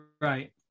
Right